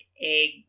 egg